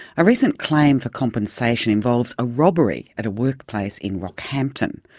a recent claim for compensation involves a robbery at a workplace in rockhampton,